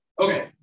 Okay